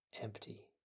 empty